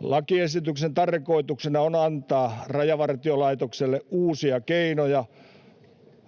Lakiesityksen tarkoituksena on antaa Rajavartiolaitokselle uusia keinoja